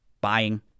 buying